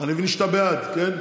אני מבין שאתה בעד, כן?